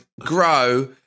grow